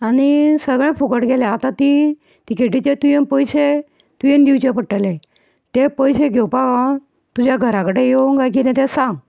आनी सगलें फुकट गेलें आतां ती तिकेटीचे तुवें पयशे तुवेंन दिवचे पडटले ते पयशे घेवपाक हांव तुज्या घरा कडेन येवं कांय कितें तें सांग